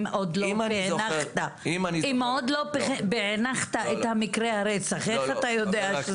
אם עוד לא פענחת את מקרה הרצח, איך אתה יודע?